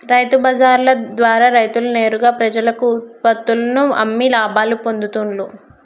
రైతు బజార్ల ద్వారా రైతులు నేరుగా ప్రజలకు ఉత్పత్తుల్లను అమ్మి లాభాలు పొందుతూండ్లు